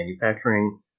manufacturing